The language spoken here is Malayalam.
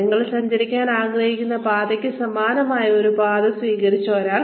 നിങ്ങൾ സഞ്ചരിക്കാൻ ആഗ്രഹിക്കുന്ന പാതയ്ക്ക് സമാനമായ ഒരു പാത സ്വീകരിച്ച ഒരാൾ